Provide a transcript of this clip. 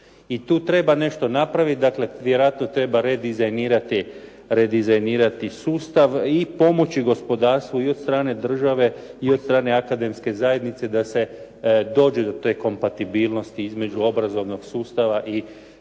I tu treba nešto napraviti, dakle vjerojatno treba redizajnirati sustav i pomoći gospodarstvu i od strane države i od strane Akademske zajednice da se dođe do te kompatibilnosti između obrazovnog sustava i